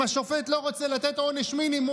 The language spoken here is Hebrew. אם השופט לא רוצה לתת עונש מינימום,